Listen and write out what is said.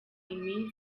iminsi